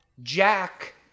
Jack